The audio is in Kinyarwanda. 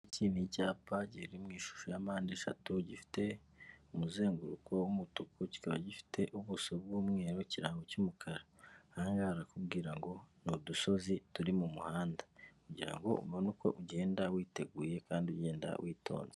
Iki ni icyapa kiri mu ishusho ya mpandeshatu gifite umuzenguruko w'umutuku kikaba gifite ubuso bw'umweru ikirango cy'umukara aha barakubwira ngo ni udusozi turi mu muhanda kugirango ubone uko ugenda witeguye kandi ugenda witonze.